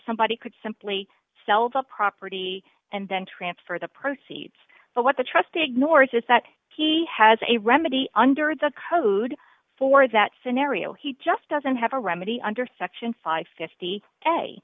somebody could simply sell the property and then transfer the proceeds but what the trustee ignores is that he has a remedy under the code for that scenario he just doesn't have a remedy under section five